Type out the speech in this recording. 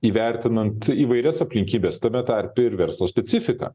įvertinant įvairias aplinkybes tame tarpe ir verslo specifiką